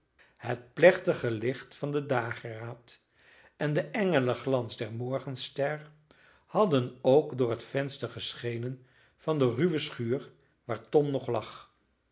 het plechtige licht van den dageraad en de engelenglans der morgenster hadden ook door het venster geschenen van de ruwe schuur waar tom nog lag